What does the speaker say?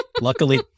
luckily